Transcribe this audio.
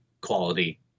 quality